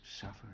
suffer